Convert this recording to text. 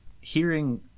hearing